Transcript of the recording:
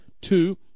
Two